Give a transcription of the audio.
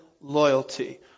loyalty